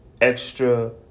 extra